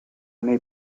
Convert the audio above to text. nei